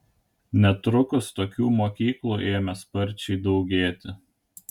netrukus tokių mokyklų ėmė sparčiai daugėti